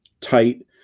tight